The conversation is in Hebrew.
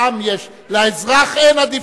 אם היא מדינה יהודית, לעם יש, לאזרח אין עדיפות,